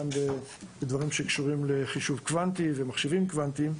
גם בדברים שקשורים לחישוב קוונטי ומחשבים קוונטיים.